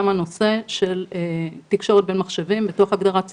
הנושא של תקשורת בין מחשבים בתוך הגדרת שיחה.